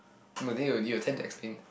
but then they will tend to explain